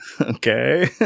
Okay